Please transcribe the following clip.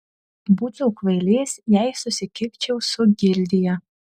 būčiau kvailys jei susikibčiau su gildija